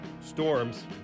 storms